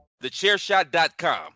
TheChairShot.com